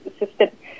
assistant